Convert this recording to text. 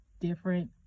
different